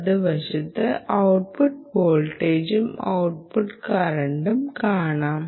വലതുവശത്ത് ഔട്ട്പുട്ട് വോൾട്ടേജും ഔട്ട്പുട്ട് കറന്റും കാണാം